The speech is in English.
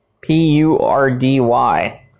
P-U-R-D-Y